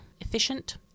efficient